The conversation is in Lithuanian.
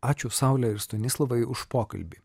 ačiū saule ir stonislavai už pokalbį